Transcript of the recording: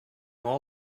all